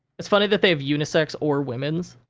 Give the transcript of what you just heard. it's funny that they have unisex or women's.